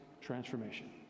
transformation